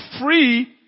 free